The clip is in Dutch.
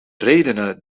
redenen